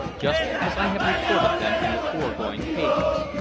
just as i have recorded them in the foregoing pages.